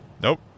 Nope